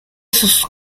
sus